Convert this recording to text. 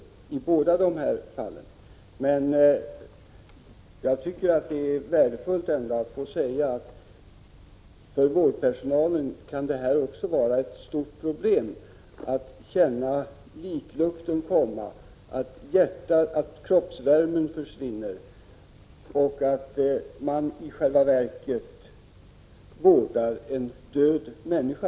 Visst kan det vara ett stort problem för vårdpersonalen att behöva känna liklukt, att uppleva att patientens kroppsvärme försvinner och att få känslan av att man i själva verket vårdar en död människa.